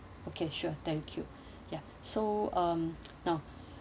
okay sure thank you ya so um now